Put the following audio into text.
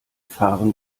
fahren